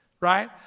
right